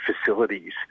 facilities